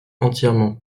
entièrement